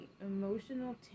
emotional